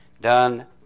done